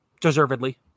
deservedly